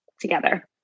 together